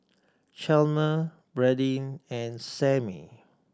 Chalmer Brandyn and Sammie